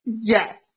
Yes